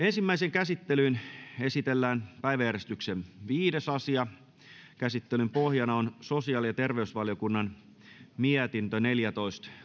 ensimmäiseen käsittelyyn esitellään päiväjärjestyksen viides asia käsittelyn pohjana on sosiaali ja terveysvaliokunnan mietintö neljätoista